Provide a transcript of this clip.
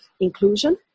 inclusion